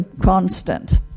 constant